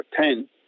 ten